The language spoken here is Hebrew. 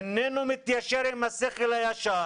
איננו מתיישר עם השכל הישר